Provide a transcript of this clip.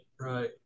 right